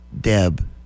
Deb